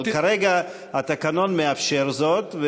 אבל כרגע התקנון מאפשר זאת,